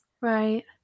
Right